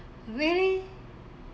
really